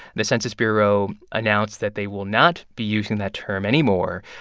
the census bureau announced that they will not be using that term anymore.